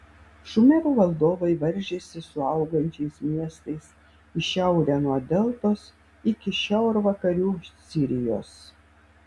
šumerų valdovai varžėsi su augančiais miestais į šiaurę nuo deltos iki šiaurvakarių sirijos